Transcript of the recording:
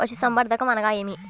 పశుసంవర్ధకం అనగా ఏమి?